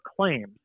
claims